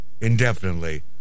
indefinitely